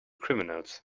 criminals